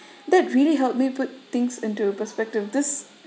that really help me put things into perspective this